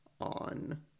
on